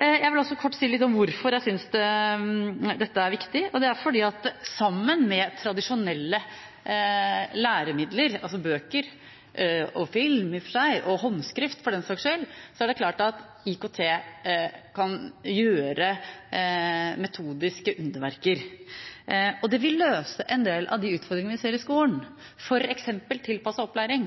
Jeg vil også kort si litt om hvorfor jeg synes dette er viktig. Det er fordi at sammen med tradisjonelle læremidler – altså bøker, film, i og for seg, og håndskrift, for den saks skyld – er det klart at IKT kan gjøre metodiske underverker. Det vil løse en del av de utfordringene vi ser i skolen, f.eks. med tilpasset opplæring.